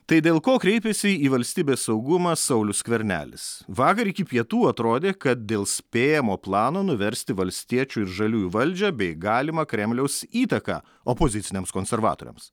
tai dėl ko kreipėsi į valstybės saugumą saulius skvernelis vakar iki pietų atrodė kad dėl spėjamo plano nuversti valstiečių ir žaliųjų valdžią bei galimą kremliaus įtaką opoziciniams konservatoriams